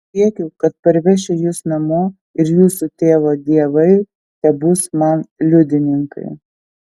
prisiekiu kad parvešiu jus namo ir jūsų tėvo dievai tebus man liudininkai